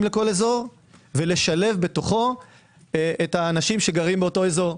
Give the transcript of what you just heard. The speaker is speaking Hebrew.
לכל אזור ולשלב בו את האנשים שגרים באותו אזור.